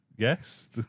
Yes